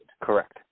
Correct